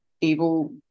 evil